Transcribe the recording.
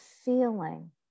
feeling